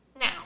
Now